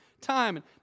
time